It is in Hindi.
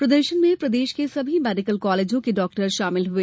प्रदर्शन में प्रदेश के सभी मेडिकल कॉलेजों के डॉक्टर शामिल हुए